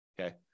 okay